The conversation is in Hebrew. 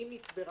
אם נצברה.